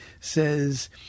says